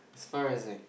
as far as I